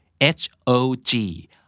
H-O-G, (-